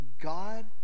God